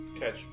catch